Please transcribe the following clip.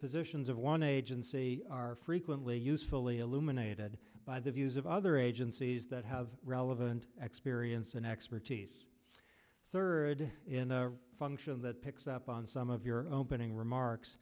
positions of one agency are frequently usefully illuminated by the views of other agencies that have relevant experience and expertise third in a function that picks up on some of your opening remarks